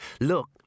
Look